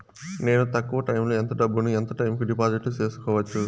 నేను తక్కువ టైములో ఎంత డబ్బును ఎంత టైము కు డిపాజిట్లు సేసుకోవచ్చు?